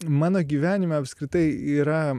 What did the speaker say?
mano gyvenime apskritai yra